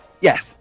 Yes